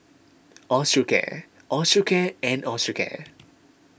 Osteocare Osteocare and Osteocare